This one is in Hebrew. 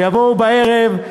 יבואו בערב,